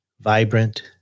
Vibrant